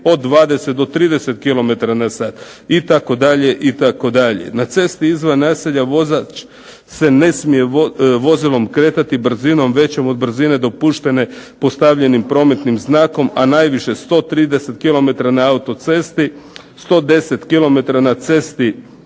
od 20 do 30 km na sat itd. "Na cesti izvan naselja vozač se ne smije kretati vozilom većom od brzine dopuštene postavljenim prometnim znakom, a najviše 130 km na autocesti, 110 na cesti